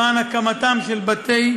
למען הקמתם של בתים